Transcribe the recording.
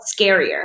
scarier